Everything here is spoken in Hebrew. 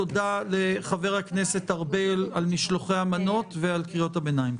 תודה לחבר הכנסת ארבל על משלוחי המנות ועל קריאות הביניים.